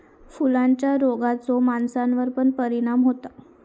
फुलांच्या रोगाचो माणसावर पण परिणाम होता